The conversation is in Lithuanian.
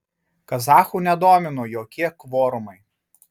kazachų nedomino jokie kvorumai